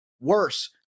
worse